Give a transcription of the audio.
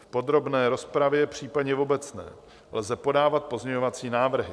V podrobné rozpravě, případně v obecné, lze podávat pozměňovací návrhy.